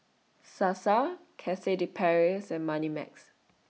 Sasa Cafe De Paris and Moneymax